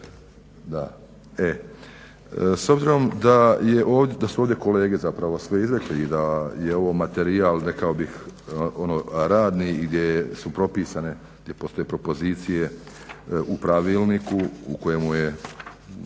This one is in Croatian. S obzirom da su ovdje kolege zapravo sve izrekli i da je ovo materijal rekao bih ono radni i gdje su propisane, gdje postoje propozicije u pravilniku u kojemu je